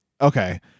okay